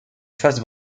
face